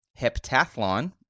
Heptathlon